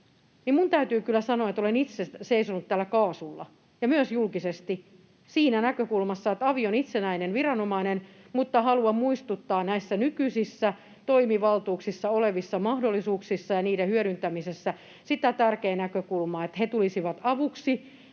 minun täytyy kyllä sanoa, että olen itse seisonut täällä kaasulla ja myös julkisesti siinä näkökulmassa, että avi on itsenäinen viranomainen, mutta haluan muistuttaa näissä nykyisissä toimivaltuuksissa olevista mahdollisuuksista ja niiden hyödyntämisestä siitä tärkeästä näkökulmasta, että he tulisivat avuksi